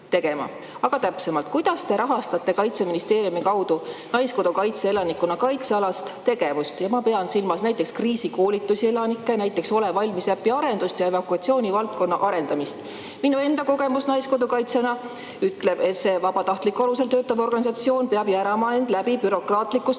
Aga täpsemalt: kuidas te rahastate Kaitseministeeriumi kaudu Naiskodukaitse elanikkonnakaitse-alast tegevust? Ma pean silmas näiteks kriisikoolitusi elanikele, "Ole valmis!" äpi arendust ja evakuatsioonivaldkonna arendamist. Minu enda kogemus naiskodukaitsjana ütleb, et see vabatahtlikul alusel töötav organisatsioon peab end läbi järama bürokraatlikust